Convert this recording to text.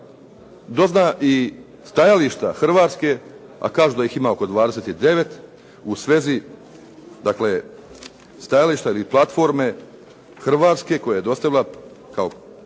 dozna i stajališta Hrvatske, a kažu da ih ima oko 29 u svezi, dakle, stajališta ili platforme Hrvatske koja je dostavila kao